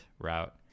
route